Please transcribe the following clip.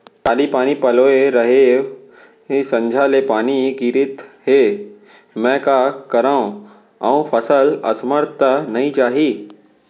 काली पानी पलोय रहेंव, संझा ले पानी गिरत हे, मैं का करंव अऊ फसल असमर्थ त नई जाही?